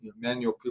manual